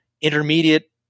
intermediate